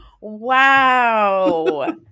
Wow